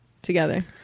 together